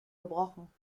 gebrochen